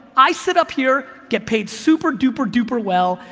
i sit up here, get paid super-duper-duper-well,